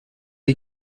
les